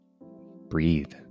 breathe